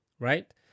right